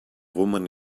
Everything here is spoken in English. woman